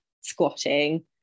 squatting